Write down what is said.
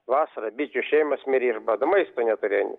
vasarą bičių šeimos mirė iš bado maisto neturėjo